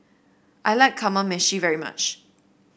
I like Kamameshi very much